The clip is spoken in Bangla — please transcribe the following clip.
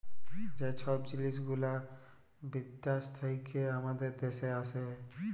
যে ছব জিলিস গুলা বিদ্যাস থ্যাইকে আমাদের দ্যাশে আসে